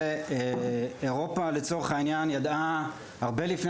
אירופה לצורך העניין ידעה הרבה לפני